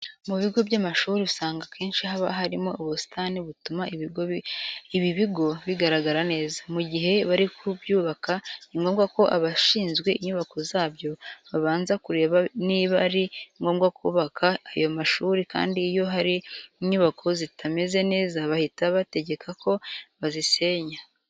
Mu bigo by'amashuri usanga akenshi haba harimo ubusitani butuma ibi bigo bigaragara neza. Mu gihe bari kubyubaka ni ngombwa ko abashinzwe inyubako zabyo babanza kureba niba ari ngombwa kubaka ayo mashuri kandi iyo hari inyubako zitameze neza, bahita bategeka ko bazisenya.